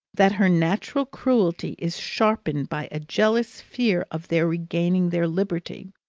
that her natural cruelty is sharpened by a jealous fear of their regaining their liberty.